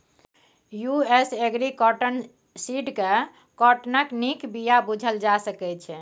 US agri cotton seed केँ काँटनक नीक बीया बुझल जा सकै छै